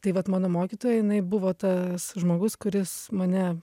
tai vat mano mokytoja jinai buvo tas žmogus kuris mane